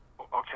okay